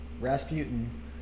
Rasputin